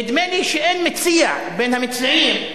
נדמה לי שאין מציע בין המציעים,